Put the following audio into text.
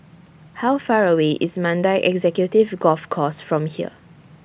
How Far away IS Mandai Executive Golf Course from here